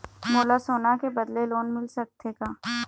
मोला सोना के बदले लोन मिल सकथे का?